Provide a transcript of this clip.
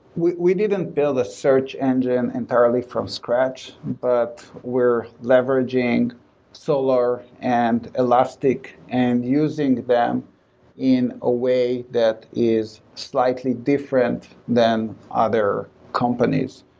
we we didn't build a search engine entirely from scratch, but we're leveraging solar and elastic and using them in a way that is slightly different than other companies.